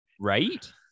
Right